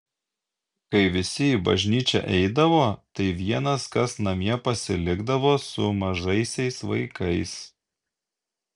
kai visi į bažnyčią eidavo tai vienas kas namie pasilikdavo su mažaisiais vaikais